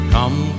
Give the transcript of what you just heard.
Come